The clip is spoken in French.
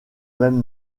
même